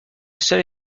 seule